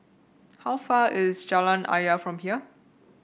how far away is Jalan Ayer from here